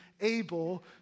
able